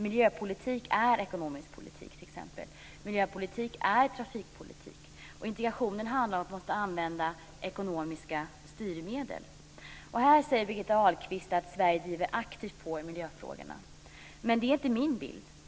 Miljöpolitik är t.ex. ekonomisk politik. Miljöpolitik är trafikpolitik. Och integrationen handlar om att man måste använda ekonomiska styrmedel. Och här säger Birgitta Ahlqvist att Sverige aktivt driver på i miljöfrågorna. Men det är inte min bild.